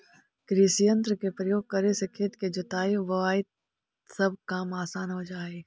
कृषियंत्र के प्रयोग करे से खेत के जोताई, बोआई सब काम असान हो जा हई